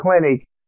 clinic